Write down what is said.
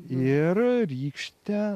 ir rykštę